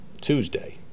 Tuesday